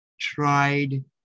tried